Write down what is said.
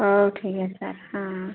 ହଉ ଠିକ୍ ଅଛି ସାର୍ ହଁ